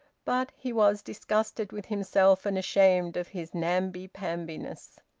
but he was disgusted with himself and ashamed of his namby-pambiness.